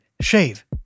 shave